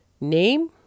name